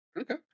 Okay